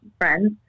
friends